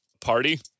party